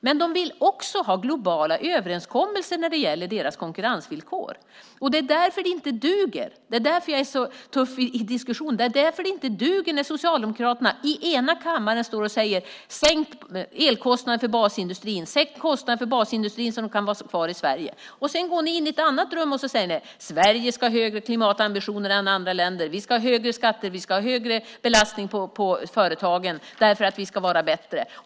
Men de vill också ha globala överenskommelser när det gäller deras konkurrensvillkor. Det är därför det inte duger, och därför jag är så tuff i diskussionen, när ni i Socialdemokraterna i ena kammaren står och säger: Sänk kostnaderna för basindustrin så att den kan vara kvar i Sverige. Sedan går ni in i ett annat rum och säger: Sverige ska ha högre klimatambitioner än andra länder. Vi ska ha högre skatter och högre belastning på företagen därför att vi ska vara bättre.